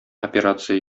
операция